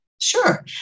Sure